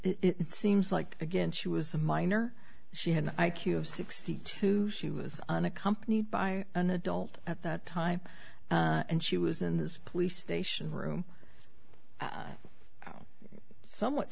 it seems like again she was a minor she had an i q of sixty two she was accompanied by an adult at that time and she was in this police station room somewhat